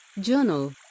journal